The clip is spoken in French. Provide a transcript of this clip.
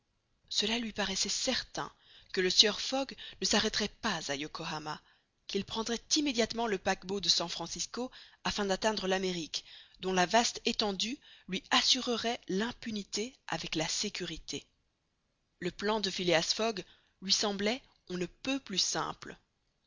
cela lui paraissait certain que le sieur fogg ne s'arrêterait pas à yokohama qu'il prendrait immédiatement le paquebot de san francisco afin d'atteindre l'amérique dont la vaste étendue lui assurerait l'impunité avec la sécurité le plan de phileas fogg lui semblait on ne peut plus simple